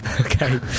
Okay